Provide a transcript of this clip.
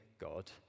God